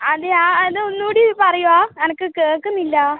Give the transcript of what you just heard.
അതെയോ അത് ഒന്ന് കൂടി പറയുമോ എനിക്ക് കേൾക്കുന്നില്ല